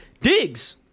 Diggs